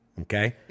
okay